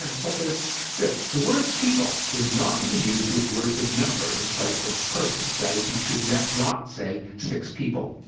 and such as this, the word people is not to be used with words of number, in place of persons. that is, you should not not say six people.